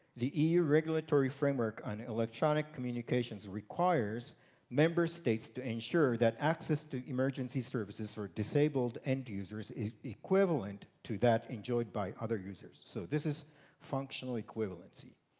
the eu regulatory framework on electronic communications requires member states to ensure that access to emergency services for disabled end users is equivalent to that enjoyed by other users. so this is functional equivalency.